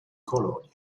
colonia